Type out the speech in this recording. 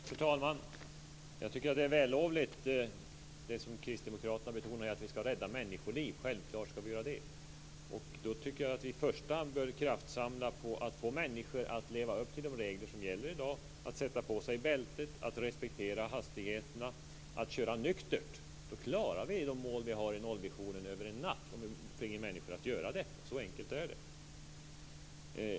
Fru talman! Jag tycker att det som kristdemokraterna betonar är vällovligt, att vi ska rädda människoliv. Självklart ska vi göra det. Då tycker jag att vi i första hand bör kraftsamla på att få människor att leva upp till de regler som gäller i dag, att sätta på sig bältet, att respektera hastigheterna, att köra nyktert. Om vi finge människor att göra detta klarar vi de mål vi har i nollvisionen över en natt. Så enkelt är det.